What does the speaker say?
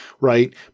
Right